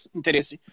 interesse